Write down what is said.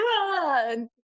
run